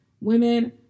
women